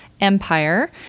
Empire